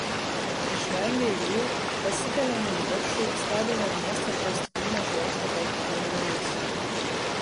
išvengę eilių pasikeliame į viršų stebime miestą pro stiklines bokšto balkono grindis